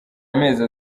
amezi